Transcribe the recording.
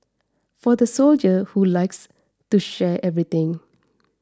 for the soldier who likes to share everything